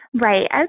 Right